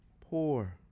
poor